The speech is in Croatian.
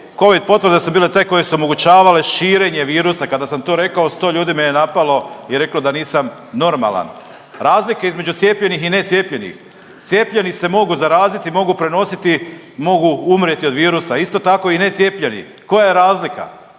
Covid potvrde su bile te koje su omogućavale širenje virusa, kada sam to rekao, 100 ljudi me napalo i reklo da nisam normalan. Razlika između cijepljenih i necijepljenih, cijepljeni se mogu zaraziti i mogu prenositi, mogu umrijeti od virusa. Isto tako i necijepljeni. Koja je razlika?